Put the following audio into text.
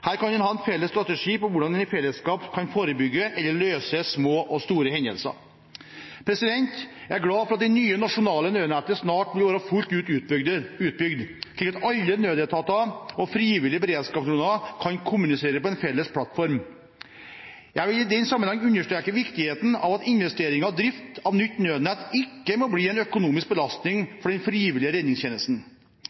Her kan en ha en felles strategi for hvordan en i fellesskap kan forebygge eller løse små og store hendelser. Jeg er glad for at det nye nasjonale nødnettet snart vil være fullt ut utbygd, slik at alle nødetatene og frivillige beredskapsorganisasjoner kan kommunisere på en felles plattform. Jeg vil i den sammenheng understreke viktigheten av at investeringer og drift av nytt nødnett ikke må bli en økonomisk belastning for den frivillige redningstjenesten.